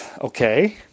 Okay